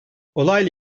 olayla